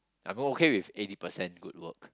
I go okay with eighty percent good work